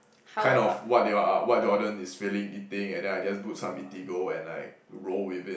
kind of what they are wh~ what Jordon is feeling eating and then I just book some Eatigo and like roll with it